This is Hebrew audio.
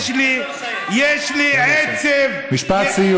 יש לי, מה אתה מחייך?